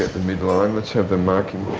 the mid-line. let's have the marking